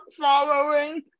following